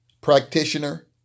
practitioner